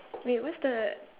wait what's the